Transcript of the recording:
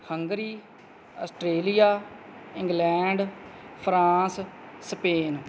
Hungary Australia England France Spain